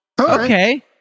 Okay